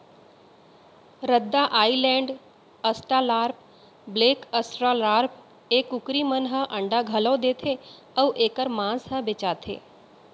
रद्दा Island, Australorp, black Australorp ए कुकरी मन ह अंडा घलौ देथे अउ एकर मांस ह बेचाथे